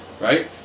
Right